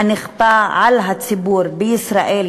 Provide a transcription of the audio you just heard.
הנכפה גם על הציבור בישראל,